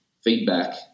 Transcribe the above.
feedback